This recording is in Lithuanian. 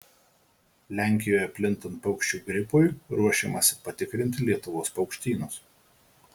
lenkijoje plintant paukščių gripui ruošiamasi patikrinti lietuvos paukštynus